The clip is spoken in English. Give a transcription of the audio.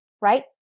right